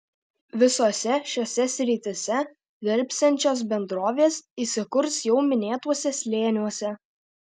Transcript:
visose šiose srityse dirbsiančios bendrovės įsikurs jau minėtuose slėniuose